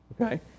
okay